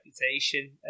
reputation